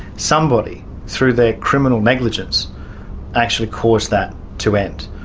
somebody through their criminal negligence actually caused that to end.